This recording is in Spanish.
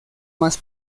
más